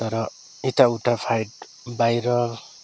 तर यताउता फाइट बाहिर